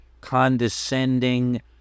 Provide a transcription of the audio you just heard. condescending